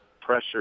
pressure